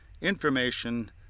information